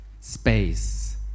space